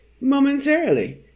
momentarily